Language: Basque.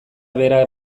bera